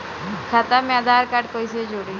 खाता मे आधार कार्ड कईसे जुड़ि?